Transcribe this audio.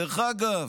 דרך אגב,